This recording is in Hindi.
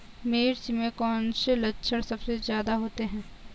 मिर्च में कौन से लक्षण सबसे ज्यादा होते हैं?